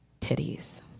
titties